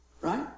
Right